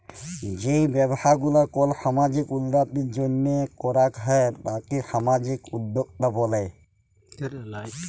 যেই ব্যবসা গুলা কল সামাজিক উল্যতির জন্হে করাক হ্যয় তাকে সামাজিক উদ্যক্তা ব্যলে